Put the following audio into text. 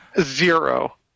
Zero